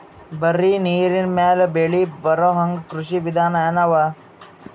ಬರೀ ನೀರಿನ ಮೇಲೆ ಬೆಳಿ ಬರೊಹಂಗ ಕೃಷಿ ವಿಧಾನ ಎನವ?